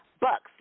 Bucks